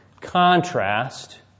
contrast